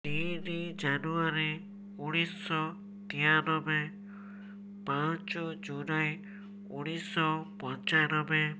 ତିନି ଜାନୁଆରୀ ଉଣେଇଶିଶହ ତେୟାନବେ ପାଞ୍ଚ ଜୁଲାଇ ଉଣେଇଶିଶହ ପଞ୍ଚାନବେ